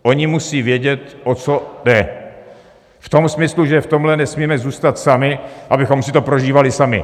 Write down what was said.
Oni musí vědět, o co jde v tom smyslu, že v tomhle nesmíme zůstat sami, abychom si to prožívali sami.